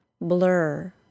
Blur